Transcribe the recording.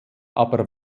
aber